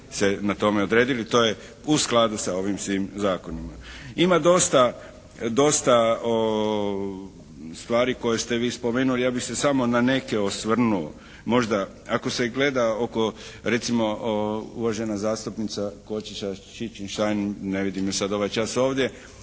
se na tome odredili. To je u skladu sa ovim svim zakonima. Ima dosta, dosta stvari koje ste vi spomenuli. Ja bih se samo na neke osvrnuo. Možda ako se gleda oko recimo uvažena zastupnica Košiša Čičin-Šain, ne vidim je sad ovaj čas ovdje